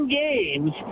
games